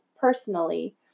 personally